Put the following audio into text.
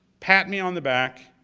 pat me on the back,